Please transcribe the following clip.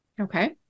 Okay